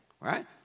Right